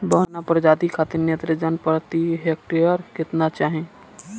बौना प्रजाति खातिर नेत्रजन प्रति हेक्टेयर केतना चाही?